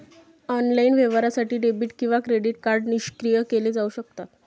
online व्यवहारासाठी debit किंवा credit card निष्क्रिय केले जाऊ शकतात